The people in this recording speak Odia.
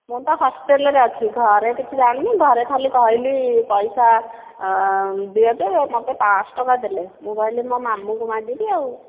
ମୁଁ ତ ହଷ୍ଟେଲ୍ରେ ଅଛି ଘରେ କିଛି ଜାଣିନି ଘରେ ଖାଲି କହିଲି ପଇସା ଦିଅ ଯେ ମୋତେ ପାଞ୍ଚଶହ ଟଙ୍କା ଦେଲେ ମୁଁ କହିଲି ମୋ ମାମୁଁଙ୍କୁ ମାଗିବି ଆଉ